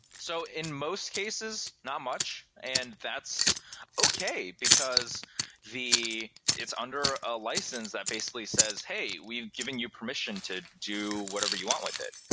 so in most cases, not much, and that's okay, because it's under a license that basically says, hey, we've given you permission to do whatever you want with it.